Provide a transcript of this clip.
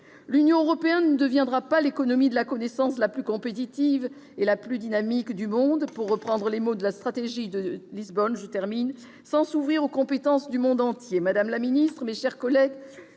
L'Union européenne ne deviendra pas « l'économie de la connaissance la plus compétitive et la plus dynamique du monde », pour reprendre les termes de la stratégie de Lisbonne, sans s'ouvrir aux compétences du monde entier. Madame la ministre, mes chers collègues,